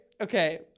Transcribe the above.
Okay